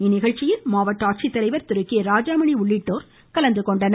இந்நிகழ்ச்சியில் மாவட்ட ஆட்சித்தலைவர் திரு கே ராஜாமணி உள்ளிட்டோர் கலந்துகொண்டனர்